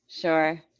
Sure